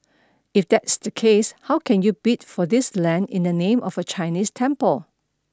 if that's the case how can you bid for this land in the name of a Chinese temple